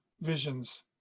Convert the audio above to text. Visions